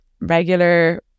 regular